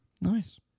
Nice